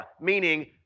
meaning